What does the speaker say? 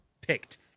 picked